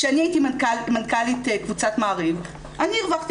כשאני הייתי מנכ"לית קבוצת מעריב אני הרווחתי